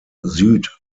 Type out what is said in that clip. süd